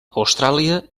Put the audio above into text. austràlia